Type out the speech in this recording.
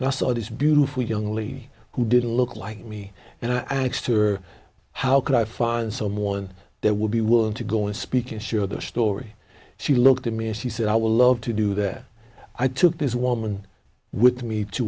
and i saw this beautiful young lady who didn't look like me and i axed her how could i find someone that would be willing to go and speak and share their story she looked at me and she said i would love to do that i took this woman with me to